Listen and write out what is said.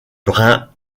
brun